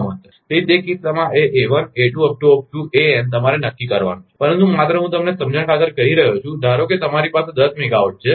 તેથી તે કિસ્સામાં આ a1 a2 an તમારે નક્કી કરવાનું છે પરંતુ માત્ર હું તમને સમજણ ખાતર કહી રહ્યો છું ધારો કે તમારી પાસે દસ મેગાવાટ છે